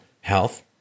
health